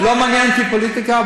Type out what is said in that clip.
לא מעניין אותי פוליטיקה,